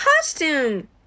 costume